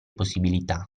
possibilità